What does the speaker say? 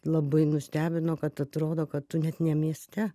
labai nustebino kad atrodo kad tu net ne mieste